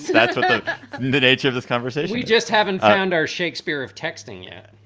that's the nature of this conversation. we just haven't found our shakespeare of texting yet.